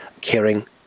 caring